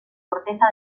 corteza